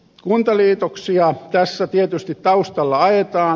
kuntaliitoksia tässä tietysti taustalla ajetaan